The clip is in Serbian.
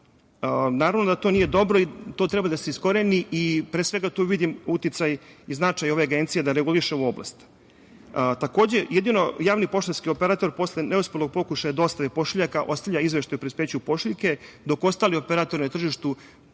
tržištu. Naravno da to nije dobro i to treba da se iskoreni, pre svega, tu vidim uticaj i značaj ove Agencije, da reguliše ovu oblast. Jedino javni poštanski operator posle neuspelog pokušaja dostavi pošiljaka, ostavlja izveštaj o prispeću pošiljke, dok ostali operatori na tržištu